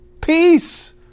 peace